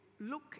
look